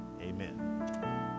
amen